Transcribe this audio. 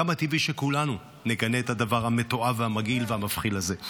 כמה טבעי שכולנו נגנה את הדבר המתועב והמגעיל והמבחיל הזה.